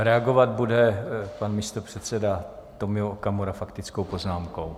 Reagovat bude pan místopředseda Tomio Okamura faktickou poznámkou.